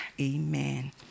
amen